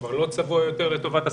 כבר לא צבוע יותר לטובת הספורט,